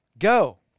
go